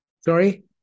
Sorry